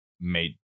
made